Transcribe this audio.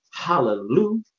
Hallelujah